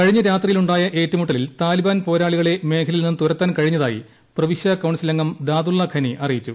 കഴിഞ്ഞ രാത്രിയിൽ ഉണ്ടായ ഏറ്റുമുട്ടലിൽ താലിബാൻ പോരാളികളെ മേഖലയിൽ നിന്ന് തുരത്താൻ കഴിഞ്ഞതായി പ്രവിശ്യാ കൌൺസിൽ അംഗം ദാദുള്ള ഖനി അറിയിച്ചു